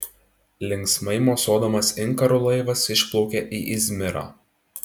linksmai mosuodamas inkaru laivas išplaukė į izmirą